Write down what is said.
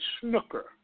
snooker